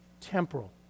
temporal